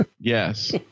Yes